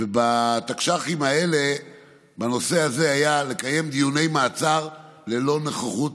התקש"חים בנושא הזה היו לקיים דיוני מעצר ללא נוכחות